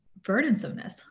burdensomeness